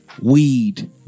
Weed